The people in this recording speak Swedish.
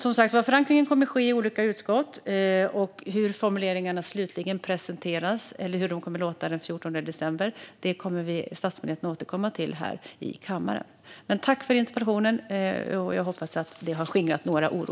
Som sagt kommer förankringen att ske i olika utskott, och hur formuleringarna slutligen kommer att lyda när de presenteras den 14 december kommer statsministern att återkomma till här i kammaren. Tack för interpellationen! Jag hoppas att detta har skingrat en del oro.